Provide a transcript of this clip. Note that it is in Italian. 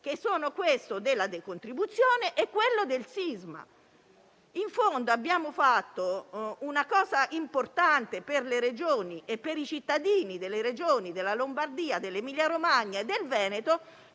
quello sulla decontribuzione e quello sul sisma. In fondo, abbiamo fatto una cosa importante per le Regioni e per i cittadini della Lombardia, dell'Emilia-Romagna e del Veneto,